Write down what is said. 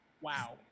Wow